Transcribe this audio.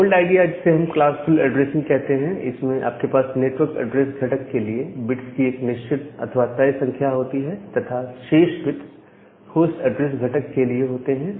old idea जिसे हम classful addressing कहते हैं इसमें आपके पास नेटवर्क एड्रेस घटक के लिए बिट्स की निश्चित अथवा तय संख्या होती है तथा शेष बिट्स होस्ट एड्रेस घटक के लिए होते हैं